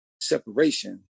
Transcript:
separation